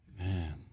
man